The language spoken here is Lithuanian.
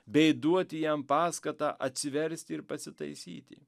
bei duoti jam paskatą atsiversti ir pasitaisyti